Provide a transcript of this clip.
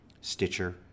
Stitcher